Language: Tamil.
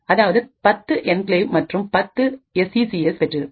அதாவது 10 என்கிளேவ் மற்றும் 10 எஸ் இ சி எஸ்ஐ பெற்றிருக்கும்